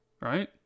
right